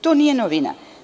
To nije novina.